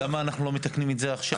ולמה אנחנו לא מתקנים את זה עכשיו?